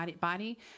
body